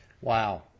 Wow